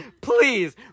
please